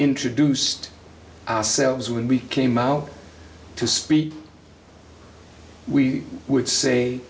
introduced ourselves when we came out to speak we would say